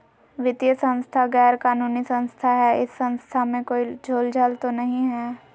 वित्तीय संस्था गैर कानूनी संस्था है इस संस्था में कोई झोलझाल तो नहीं है?